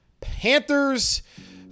Panthers